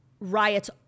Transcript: riots